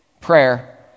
prayer